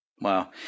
Wow